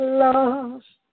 lost